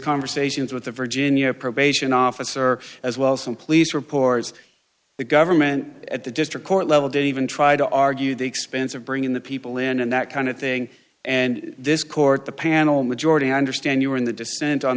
conversations with the virginia probation officer as well as some police reports the government at the district court level don't even try to argue the expense of bringing the people in and that kind of thing and this court the panel majority understand you were in the dissent on